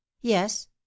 yes